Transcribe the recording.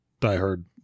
diehard